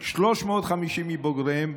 350 מבוגריהם,